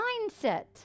mindset